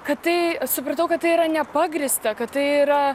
kad tai supratau kad tai yra nepagrįsta kad tai yra